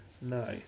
No